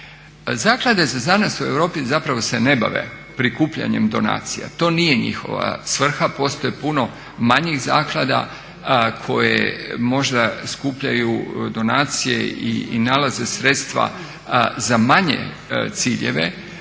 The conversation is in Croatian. Zaklade za znanost u Europi ne bave se prikupljanjem donacija, to nije njihova svrha. Postoji puno manjih zaklada koje možda skupljaju donacije i nalaze sredstva za manje ciljeve,